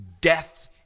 death